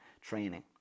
training